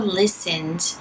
listened